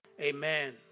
Amen